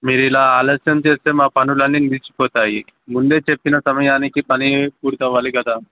మీరు ఇలా ఆలస్యం చేస్తే మా పనులన్నీ నిలిచిపోతాయి ముందే చెప్పిన సమయానికి పని పూర్తి అవ్వాలి కదా